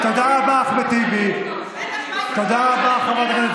תודה רבה, אחמד טיבי.